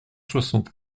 soixante